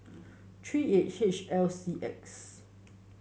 three eight H L C X